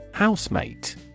Housemate